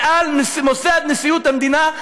ועל מוסד נשיאות המדינה,